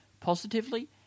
positively